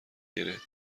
گـره